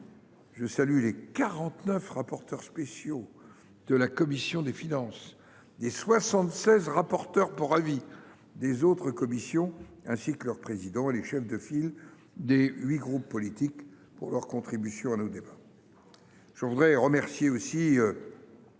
Je salue les 49 rapporteurs spéciaux de la commission des finances, les 76 rapporteurs pour avis des autres commissions, ainsi que les présidents de ces dernières et les chefs de file des huit groupes politiques, pour leur contribution à nos débats. Je remercie